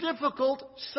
difficult